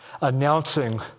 announcing